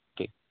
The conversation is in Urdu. ٹھیک